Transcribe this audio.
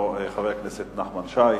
חבר הכנסת נחמן שי.